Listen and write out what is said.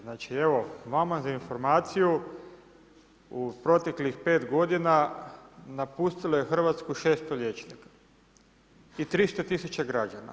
Znači evo, vama za informaciju u proteklih 5 godina napustilo je Hrvatsku 600 liječnika i 300 tisuća građana.